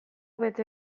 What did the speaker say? bete